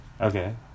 Okay